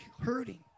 hurting